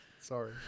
Sorry